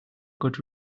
good